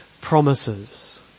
promises